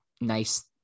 nice